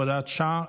הוראת שעה,